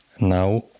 now